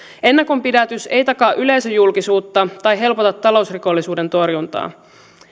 ennakonpidätys ei takaa yleisöjulkisuutta tai helpota talousrikollisuuden torjuntaa